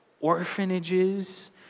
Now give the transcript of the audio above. orphanages